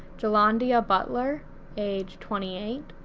jhalandia butler age twenty eight,